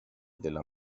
della